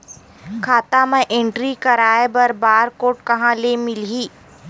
खाता म एंट्री कराय बर बार कोड कहां ले मिलही?